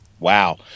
Wow